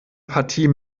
partie